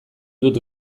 dut